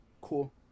cool